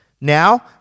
Now